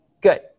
good